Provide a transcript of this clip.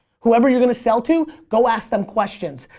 whoever you're going to sell to go ask them questions.